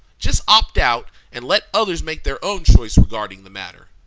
just opt out and let others make their own choice regarding the matter.